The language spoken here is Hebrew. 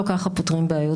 לא ככה פותרים בעיות,